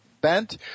bent